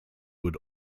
would